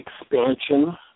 expansion